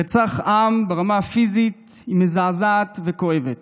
רצח עם ברמה הפיזית הוא מזעזע וכואב.